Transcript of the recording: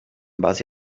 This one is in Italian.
base